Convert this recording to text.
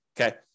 Okay